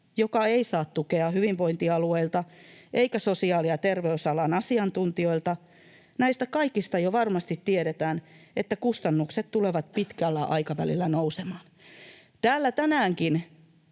joka ei saa tukea hyvinvointialueilta eikä sosiaali- ja terveysalan asiantuntijoilta. Näistä kaikista jo varmasti tiedetään, että kustannukset tulevat pitkällä aikavälillä nousemaan. Täällä tänäänkin,